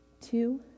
two